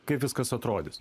kaip viskas atrodys